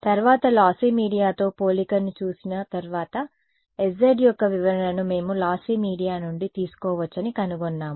తర్వాత లాస్సీ మీడియాతో పోలికను చూసిన sz యొక్క వివరణను మేము లాస్సీ మీడియా నుండి తీసుకోవచ్చని కనుగొన్నాము